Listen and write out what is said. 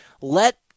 Let